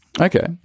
Okay